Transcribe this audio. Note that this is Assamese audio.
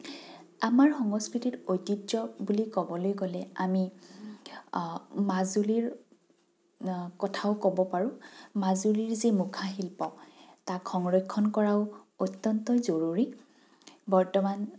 আমাৰ সংস্কৃতিত ঐতিহ্য বুলি ক'বলৈ গ'লে আমি মাজুলীৰ কথাও ক'ব পাৰোঁ মাজুলীৰ যি মুখাশিল্প তাক সংৰক্ষণ কৰাও অত্যন্ত জৰুৰী বৰ্তমান